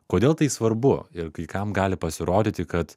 kodėl tai svarbu ir kai kam gali pasirodyti kad